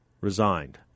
resigned